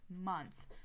month